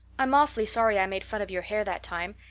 i'm awfully sorry i made fun of your hair that time.